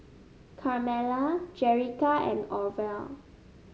Carmella Jerrica and Orvel